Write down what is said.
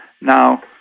Now